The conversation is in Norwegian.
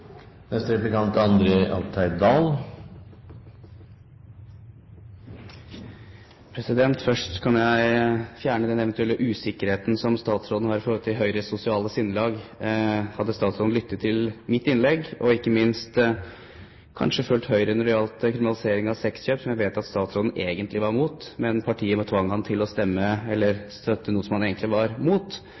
Først kan jeg fjerne den eventuelle usikkerheten som statsråden har i forhold til Høyres sosiale sinnelag. Hadde statsråden lyttet til mitt innlegg, og ikke minst fulgt Høyre når det gjelder kriminalisering av sexkjøp, som jeg vet at statsråden egentlig var mot, men partiet tvang ham til å støtte noe han egentlig var mot,